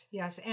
yes